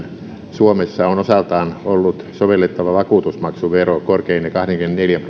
suomessa on osaltaan ollut sovellettava vakuutusmaksuvero korkeine kahdenkymmenenneljän prosentin